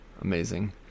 Amazing